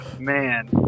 man